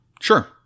Sure